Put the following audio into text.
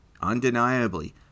undeniably